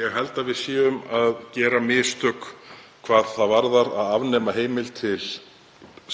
ég held að við séum að gera mistök hvað það varðar að afnema heimild til